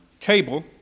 table